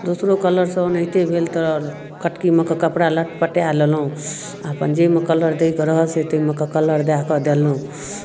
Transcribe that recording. दोसरो कलरसँ ओनाहिते भेल तऽ कटकीमेके कपड़ा लटपटाए लेलहुँ आ अपन जाहिमे कलर दैके रहल से ताहिमे के कलर दए कऽ देलहुँ